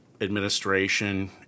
administration